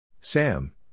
Sam